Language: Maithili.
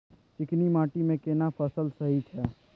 चिकनी माटी मे केना फसल सही छै?